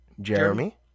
Jeremy